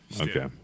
okay